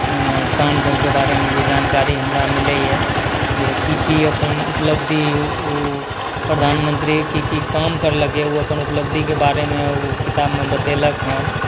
काम सभके बारेमे जे जानकारी हमरा मिलैए जे की की अपन उपलब्धि ओ प्रधानमन्त्री की की काम करलकै ओ अपन उपलब्धिके बारेमे ओ किताबमे बतेलक हेँ